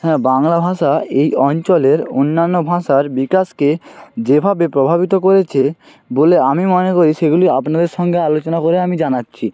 হ্যাঁ বাংলা ভাষা এই অঞ্চলের অন্যান্য ভাষার বিকাশকে যেভাবে প্রভাবিত করেছে বলে আমি মনে করি সেগুলি আপনাদের সঙ্গে আলোচনা করে আমি জানাচ্ছি